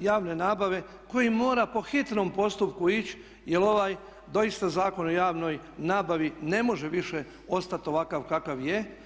javne nabave koji mora po hitnom postupku ići jer ovaj, doista Zakon o javnoj nabavi ne može više ostati ovakav kakav je.